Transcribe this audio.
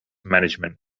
management